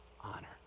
honor